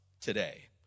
today